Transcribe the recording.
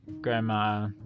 grandma